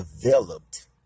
developed